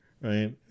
right